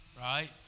right